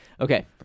Okay